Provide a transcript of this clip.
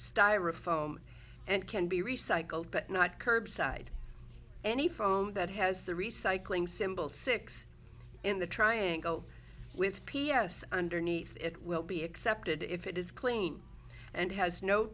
styrofoam and can be recycled but not curbside any foam that has the recycling symbol six in the triangle with p s underneath it will be accepted if it is clean and has no